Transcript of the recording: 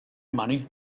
money